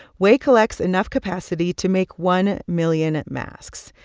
wei collects enough capacity to make one million masks.